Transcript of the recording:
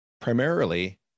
primarily